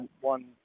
one